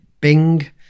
Bing